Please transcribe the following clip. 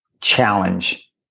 challenge